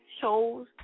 shows